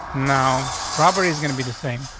now, property is gonna be the same,